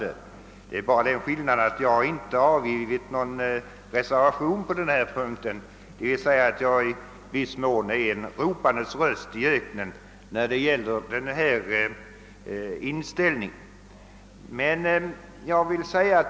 Det föreligger bara den skillnaden att jag inte avgivit någon reservation. Detta innebär att jag i viss mån är en ropandes röst i öknen när det gäller denna inställning.